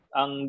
ang